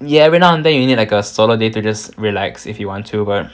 you every now and then you need like a solid day to just relax if you want to but